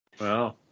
Wow